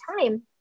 time